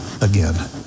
again